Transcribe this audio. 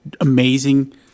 amazing